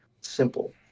Simple